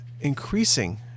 increasing